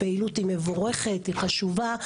הפעילות היא מבורכת, חשובה.